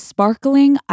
Sparkling